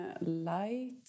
light